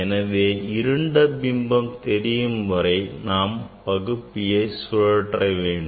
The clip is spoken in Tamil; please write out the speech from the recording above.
எனவே இருண்ட பிம்பம் தெரியும்வரை நாம் பகுப்பியை சுழற்ற வேண்டும்